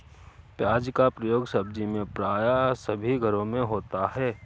प्याज का प्रयोग सब्जी में प्राय सभी घरों में होता है